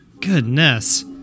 Goodness